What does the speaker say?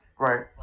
right